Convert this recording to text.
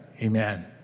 Amen